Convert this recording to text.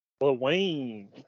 Wayne